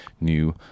new